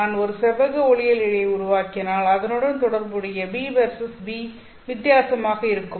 நான் ஒரு செவ்வக ஒளியியல் இழையை உருவாக்கினால் அதனுடன் தொடர்புடைய β வெர்சஸ் v வித்தியாசமாக இருக்கும்